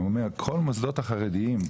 כל המוסדות החרדיים,